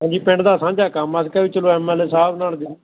ਹਾਂਜੀ ਪਿੰਡ ਦਾ ਸਾਂਝਾ ਕੰਮ ਆ ਅਸੀਂ ਕਿਹਾ ਵੀ ਚਲੋ ਐਮ ਐਲ ਏ ਸਾਹਿਬ ਨਾਲ